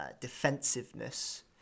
defensiveness